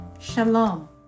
Shalom